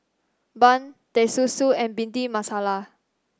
Bun Teh Susu and Bhindi Masala